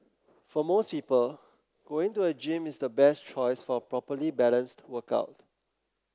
for most people going to a gym is the best choice for a properly balanced workout